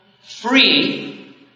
free